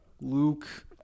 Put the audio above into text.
Luke